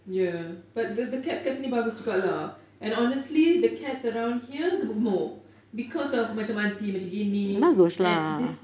ya but the the cats kat sini bagus juga lah and honestly the cats around here gemuk-gemuk because of macam auntie macam gini and this